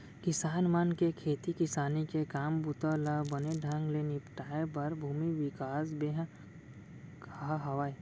किसान मन के खेती किसानी के काम बूता ल बने ढंग ले निपटाए बर भूमि बिकास बेंक ह हावय